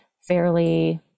fairly